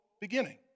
beginning